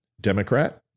Democrat